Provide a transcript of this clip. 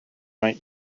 mae